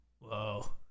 Whoa